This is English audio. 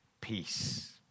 peace